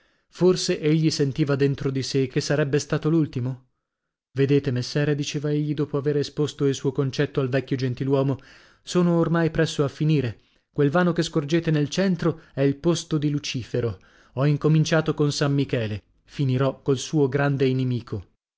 forse egli sentiva dentro di sè che sarebbe stato l'ultimo vedete messere diceva egli dopo avere esposto il suo concetto al vecchio gentiluomo sono ormai presso a finire quel vano che scorgete nel centro è il posto di lucifero ho incominciato con san michele finirò col suo grande inimico